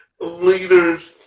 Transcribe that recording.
leaders